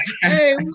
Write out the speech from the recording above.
hey